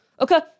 Okay